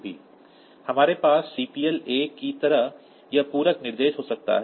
तब हमारे पास CPL A की तरह यह पूरक निर्देश हो सकता है